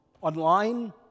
online